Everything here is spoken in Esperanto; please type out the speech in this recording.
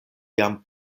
jam